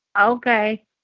Okay